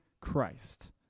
Christ